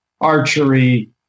archery